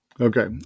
Okay